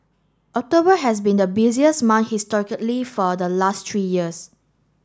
October has been the busiest month historically for the last three years